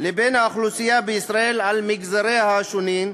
לבין האוכלוסייה בישראל על מגזריה השונים,